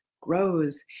Grows